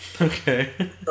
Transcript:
Okay